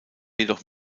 jedoch